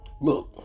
Look